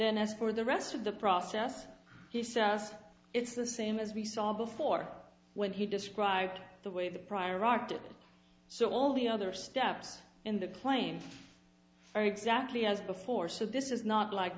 then as for the rest of the process he says it's the same as we saw before when he described the way the prior rocked it so all the other steps in the plane are exactly as before so this is not like